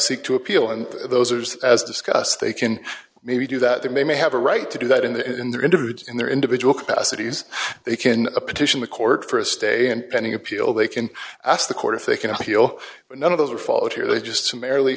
seek to appeal and those are discussed they can maybe do that they may have a right to do that in the in their interviews in their individual capacities they can petition the court for a stay and pending appeal they can ask the court if they can appeal but none of those are followed here they just